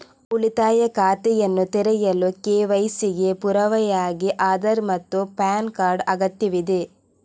ಉಳಿತಾಯ ಖಾತೆಯನ್ನು ತೆರೆಯಲು ಕೆ.ವೈ.ಸಿ ಗೆ ಪುರಾವೆಯಾಗಿ ಆಧಾರ್ ಮತ್ತು ಪ್ಯಾನ್ ಕಾರ್ಡ್ ಅಗತ್ಯವಿದೆ